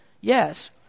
Yes